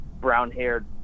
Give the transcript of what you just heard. brown-haired